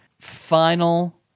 final